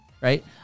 Right